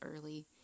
early